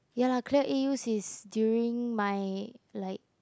ya lah clear A_Us is during my like